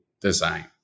design